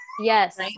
Yes